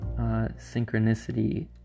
synchronicity